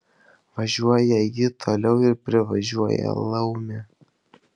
važiuoja ji toliau ir privažiuoja laumę